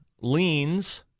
leans